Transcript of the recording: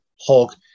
hulk